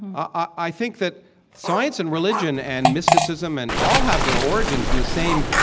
i think that science and religion and mysticism and all have their origins in the same